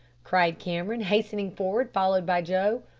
cried cameron hastening forward followed by joe.